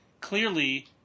clearly